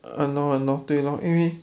!hannor! !hannor! 对 lor 因为